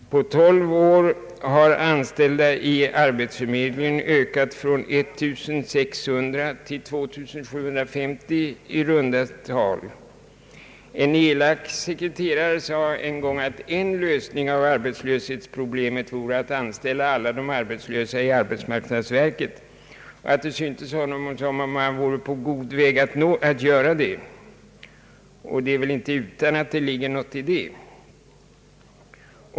På tolv år har antalet anställda i arbetsförmedlingen ökat från 1 600 till 2750 i runda tal. En elak sekreterare sade en gång att en lösning av arbetslöshetsproblemet i vårt land vore att anställa alla de arbetslösa i arbetsmarknadsverket, vilket man enligt hans åsikt tycktes vara på god väg att göra. Det är inte utan att det ligger något i den uppfattningen.